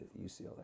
UCLA